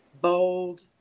bold